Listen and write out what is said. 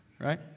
right